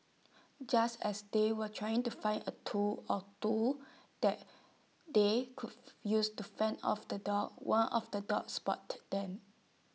just as they were trying to find A tool or two that they could use to fend off the dogs one of the dogs spotted them